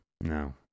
No